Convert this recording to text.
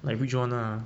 like which [one] ah